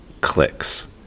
clicks